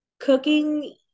Cooking